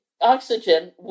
oxygen